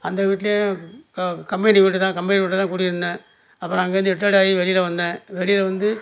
அந்த வீட்டிலேயும் க கம்பெனி வீடு தான் கம்பெனி வீடு தான் குடியிருந்தேன் அப்புறம் அங்கேயிருந்து ரீட்டெர்ட் ஆகி வெளியில் வந்தேன் வெளியில் வந்து